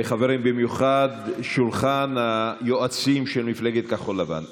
במיוחד שולחן היועצים של מפלגת כחול לבן,